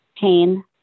pain